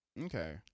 Okay